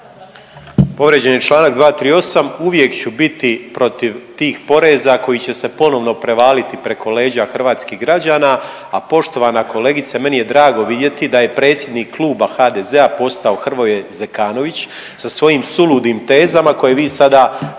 Povrijeđen je čl. 238, uvijek ću biti protiv tih poreza koji će se ponovno prevaliti preko leđa hrvatskih građana, a poštovana kolegice, meni je drago vidjeti da je predsjednik Kluba HDZ-a postao Hrvoje Zekanović sa svojim suludim tezama koje vi sada